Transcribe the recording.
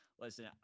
listen